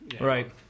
right